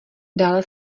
dále